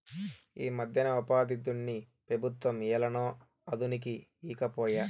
ఈమధ్యన ఉపాధిదుడ్డుని పెబుత్వం ఏలనో అదనుకి ఈకపాయే